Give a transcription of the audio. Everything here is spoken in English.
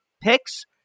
picks